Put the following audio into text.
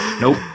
Nope